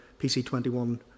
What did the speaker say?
PC21